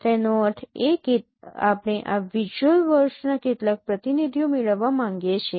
તેનો અર્થ એ કે આપણે આ વિઝ્યુઅલ વર્ડસના કેટલાક પ્રતિનિધિઓ મેળવવા માંગીએ છીએ